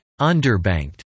underbanked